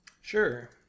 Sure